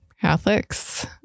Catholics